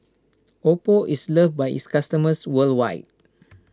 Oppo is loved by its customers worldwide